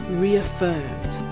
reaffirmed